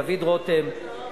דוד רותם,